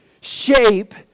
Shape